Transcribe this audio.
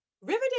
Riverdale